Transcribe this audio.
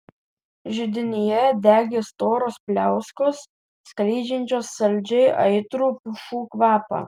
židinyje degė storos pliauskos skleidžiančios saldžiai aitrų pušų kvapą